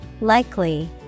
Likely